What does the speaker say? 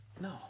No